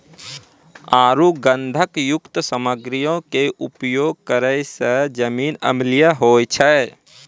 आरु गंधकयुक्त सामग्रीयो के उपयोग करै से जमीन अम्लीय होय जाय छै